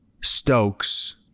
Stokes